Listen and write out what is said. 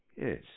Yes